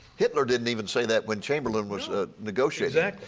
hitler didn't even say that when chamberlain was ah negotiating.